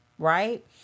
right